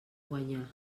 guanyar